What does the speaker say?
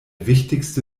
wichtigste